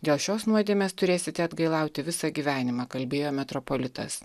dėl šios nuodėmės turėsite atgailauti visą gyvenimą kalbėjo metropolitas